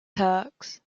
turks